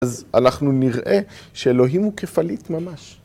אז אנחנו נראה שאלוהים הוא כפליט ממש.